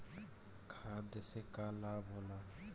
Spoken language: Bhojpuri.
खाद्य से का लाभ होला?